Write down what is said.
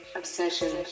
obsession